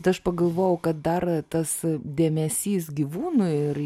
tai aš pagalvojau kad dar tas dėmesys gyvūnų ir